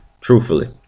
Truthfully